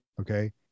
Okay